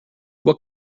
what